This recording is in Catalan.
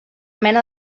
mena